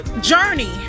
journey